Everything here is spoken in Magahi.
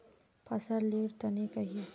फसल लेर तने कहिए?